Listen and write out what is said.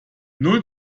null